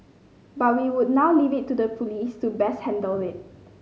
but we would now leave it to the police to best handle it